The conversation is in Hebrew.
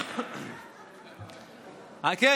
מחזקים את הדמוקרטיה.